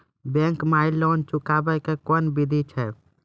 Bank माई loan चुकाबे के कोन बिधि छै?